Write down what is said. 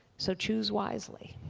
so choose wisely.